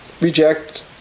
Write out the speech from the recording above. reject